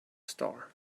star